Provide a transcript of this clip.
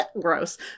gross